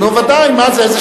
נו, בוודאי, מה זה, איזה